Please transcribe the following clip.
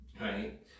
right